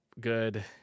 good